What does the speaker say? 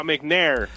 McNair